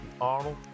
Arnold